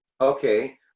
okay